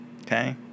Okay